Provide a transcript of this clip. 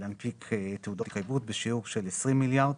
יוכל להנפיק תעודות התחייבות בשיעור של 20 מיליארד,